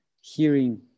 hearing